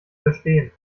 verstehen